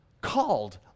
called